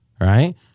right